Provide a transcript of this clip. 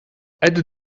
add